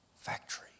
factory